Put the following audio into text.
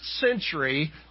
century